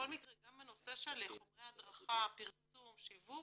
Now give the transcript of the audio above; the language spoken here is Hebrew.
בכל מקרה גם בנושא של חומרי הדרכה, פרסום שיווק,